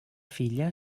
filla